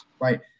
right